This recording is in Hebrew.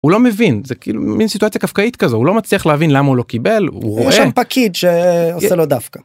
הוא לא מבין זה כאילו מין סיטואציה קפקאית כזו הוא לא מצליח להבין למה הוא לא קיבל הוא רואה פקיד שעושה לו דווקא.